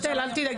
בתאל אל תדאגי,